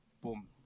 boom